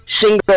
single